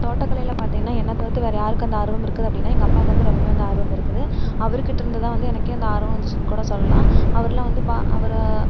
தோட்டக்கலையில் பார்த்தீங்கன்னா என்னை தவிர்த்து வேற யாருக்கு அந்த ஆர்வம் இருக்குது அப்படின்னா எங்கள் அப்பாவுக்கு வந்து ரொம்பவே அந்த ஆர்வம் இருக்குது அவர்கிட்டருந்து தான் வந்து எனக்கே அந்த ஆர்வம் வந்துச்சின்னுகூட சொல்லலாம் அவருலாம் வந்து பா அவர்